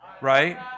Right